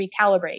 recalibrate